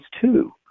two